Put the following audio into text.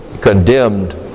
condemned